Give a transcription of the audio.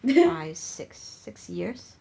five six six years